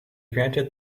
granted